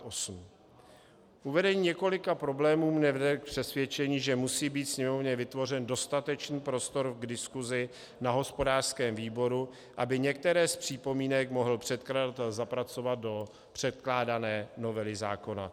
K uvedení několika problémů mě vede přesvědčení, že musí být Sněmovně vytvořen dostatečný prostor k diskusi na hospodářském výboru, aby některé z připomínek mohl předkladatel zapracovat do předkládané novely zákona.